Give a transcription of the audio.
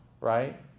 right